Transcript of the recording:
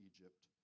Egypt